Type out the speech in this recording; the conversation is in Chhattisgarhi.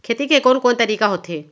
खेती के कोन कोन तरीका होथे?